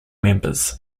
members